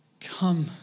come